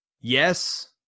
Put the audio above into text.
Yes